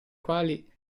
quali